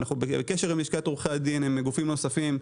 אנחנו בקשר עם לשכת עורכי הדין ועם גופים נוספים,